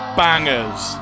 bangers